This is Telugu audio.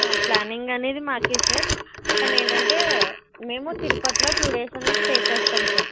ప్ల్యానింగ్ అనేది మాకే సార్ కానీ ఏంటంటే మేము తిరుపతిలో టూ డేస్ అనేది స్టే చేస్తాం సార్